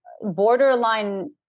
borderline